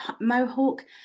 Mohawk